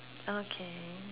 okay